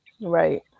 Right